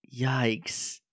Yikes